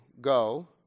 Go